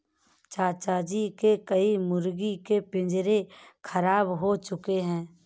चाचा जी के कई मुर्गी के पिंजरे खराब हो चुके हैं